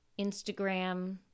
Instagram